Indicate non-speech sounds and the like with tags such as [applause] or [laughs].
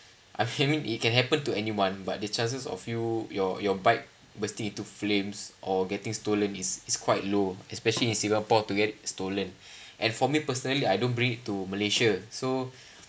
[laughs] I've hearing it can happen to anyone but the chances of you your your bike bursting into flames or getting stolen is is quite low especially in singapore to get stolen [breath] and for me personally I don't bring it to malaysia so